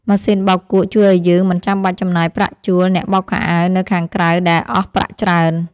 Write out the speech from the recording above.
ម៉ាស៊ីនបោកគក់ជួយឱ្យយើងមិនបាច់ចំណាយប្រាក់ជួលអ្នកបោកខោអាវនៅខាងក្រៅដែលអស់ប្រាក់ច្រើន។